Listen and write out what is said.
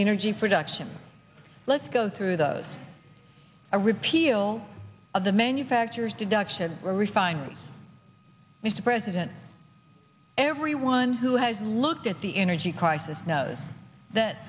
energy production let's go through those a repeal of the manufacturer's deduction refineries mr president everyone who has looked at the energy crisis knows that